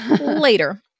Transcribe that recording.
Later